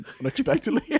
unexpectedly